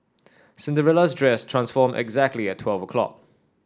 Cinderella's dress transformed exactly at twelve o'clock